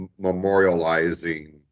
memorializing